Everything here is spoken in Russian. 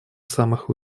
самых